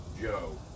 Joe